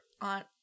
on